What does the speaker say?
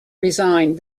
resigned